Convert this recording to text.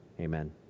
Amen